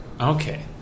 Okay